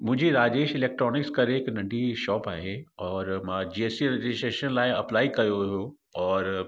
मुंहिंजी राजेश इलेक्ट्रोनिक्स करे हिकु नंढी शॉप आहे और मां जी एस टी रजिस्ट्रेशन लाइ अप्लाई कयो हुयो और